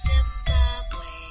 Zimbabwe